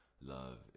Love